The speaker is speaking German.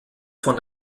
von